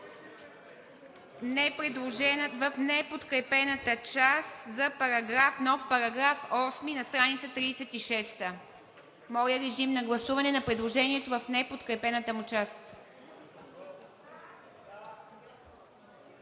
в неподкрепената част за нов § 8 на страница 36. Моля, режим на гласуване на предложението в неподкрепената му част.